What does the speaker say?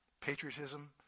Patriotism